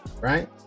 Right